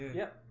yeah.